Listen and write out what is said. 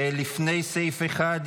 לפני סעיף 1,